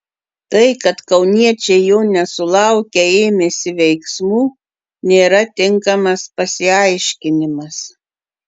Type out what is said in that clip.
tai kad kauniečiai jo nesulaukę ėmėsi veiksmų nėra tinkamas pasiaiškinimas